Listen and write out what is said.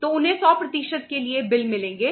तो उन्हें 100 के लिए बिल मिलेंगे